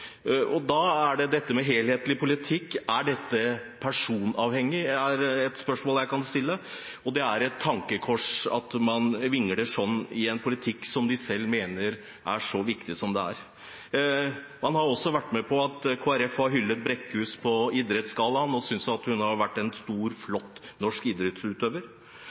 Er da en helhetlig politikk personavhengig, er et spørsmål jeg kan stille. Det er et tankekors at man vingler sånn i en politikk som de selv mener er så viktig. Man har også vært med på at Kristelig Folkeparti har hyllet Brækhus på Idrettsgallaen og syntes at hun har vært en stor, flott norsk